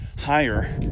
higher